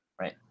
right